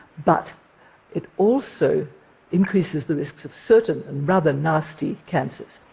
but it also increases the risks of certain and rather nasty cancers.